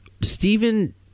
Stephen –